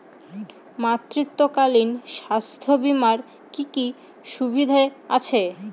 মাতৃত্বকালীন স্বাস্থ্য বীমার কি কি সুবিধে আছে?